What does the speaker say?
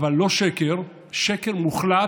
אבל לא שקר, שקר מוחלט.